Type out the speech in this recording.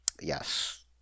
Yes